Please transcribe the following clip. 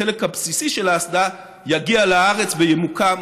החלק הבסיסי של האסדה יגיע לארץ וימוקם